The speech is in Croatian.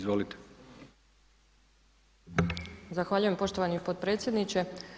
Zahvaljujem poštovani potpredsjedniče.